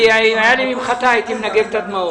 אם הייתה לי ממחטה, הייתי מנגב את הדמעות.